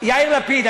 יאיר לפיד,